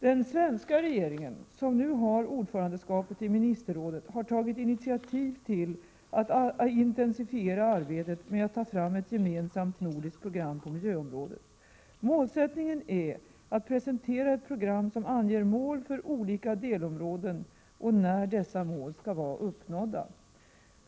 Den svenska regeringen, som nu har ordförandeskapet i ministerrådet, har tagit initiativ till att intensifiera arbetet med att ta fram ett gemensamt nordiskt program på miljöområdet. Målsättningen är att presentera ett program som anger mål för olika delområden och när dessa mål skall vara uppnådda.